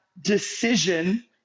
decision